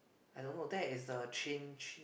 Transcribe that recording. I don't know that is the chin chin